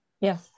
Yes